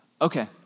Okay